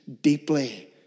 deeply